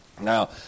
Now